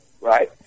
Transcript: right